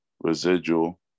residual